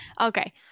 Okay